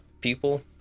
people